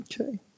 Okay